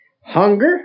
hunger